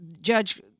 Judge